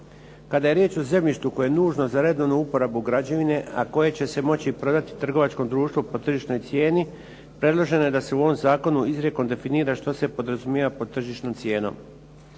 Kada je riječ o zemljištu koje je nužno za redovnu uporabu građevine, a koje će se moći prodati trgovačkom društvu po tržišnoj cijeni, predloženo je da se u ovom zakonu izrijekom definira što se podrazumijeva pod tržišnom cijenom.